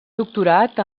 doctorat